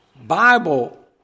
Bible